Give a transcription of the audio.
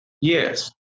Yes